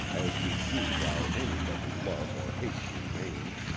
as we do while any that we love or hate remain.